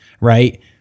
Right